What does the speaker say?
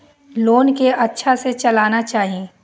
Loan के अच्छा से चलाना चाहि?